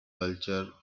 culture